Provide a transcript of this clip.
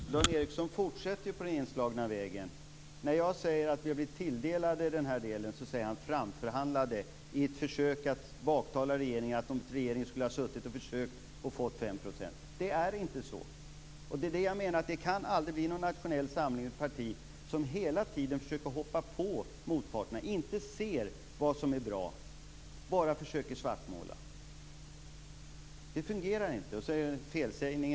Fru talman! Dan Ericsson fortsätter på den inslagna vägen. När jag säger att vi har blivit tilldelade det här säger han "framförhandlade", i ett försök att baktala regeringen - som om regeringen skulle ha suttit och försökt få och fått 5 %. Det är inte så! Det är detta jag menar: Det kan aldrig bli någon nationell samling med ett parti som hela tiden försöker hoppa på motparterna, inte ser vad som är bra utan bara försöker svartmåla. Det fungerar inte. Sedan var det en felsägning.